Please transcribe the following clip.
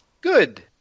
good